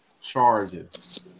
charges